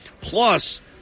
Plus